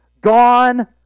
Gone